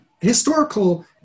historical